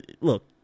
look